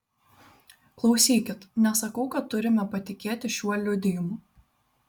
klausykit nesakau kad turime patikėti šiuo liudijimu